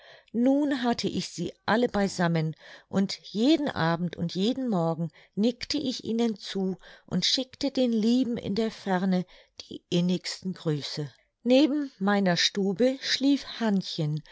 nun hatte ich sie alle beisammen und jeden abend und jeden morgen nickte ich ihnen zu und schickte den lieben in der ferne die innigsten grüße neben meiner stube schlief hannchen